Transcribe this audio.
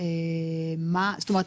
מה היקף